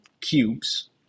cubes